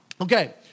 Okay